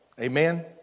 Amen